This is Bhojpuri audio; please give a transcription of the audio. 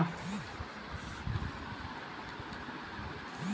पपीता खाए से देह में खून बनेला